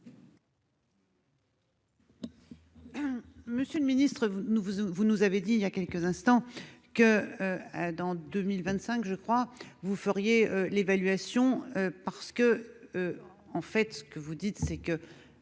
Monsieur le ministre, nous vous vous nous avez dit il y a quelques instants que dans 2025 je crois, vous feriez l'évaluation parce que en fait ce que vous dites, c'est que